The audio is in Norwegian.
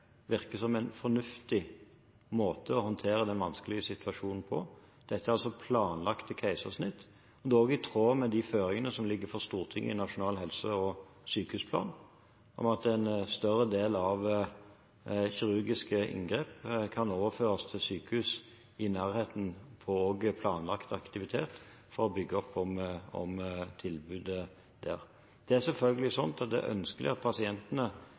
altså planlagte keisersnitt. Det er også i tråd med de føringene som ligger for Stortinget i Nasjonal helse- og sykehusplan, om at en større del av kirurgiske inngrep og planlagt aktivitet kan overføres til sykehus i nærheten for å bygge opp om tilbudet der. Det er selvfølgelig ønskelig at pasientene skal ha mulighet til å få et tilbud på sitt nærsykehus. Det ligger i bunnen. Men det er også sånn at